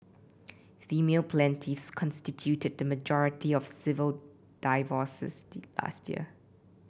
female plaintiffs constituted the majority of civil divorces last year